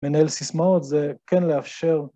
מנהל סיסמאות זה כן לאפשר